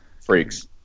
freaks